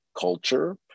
culture